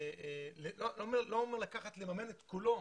לא אומר לממן את כולו,